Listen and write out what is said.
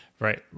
Right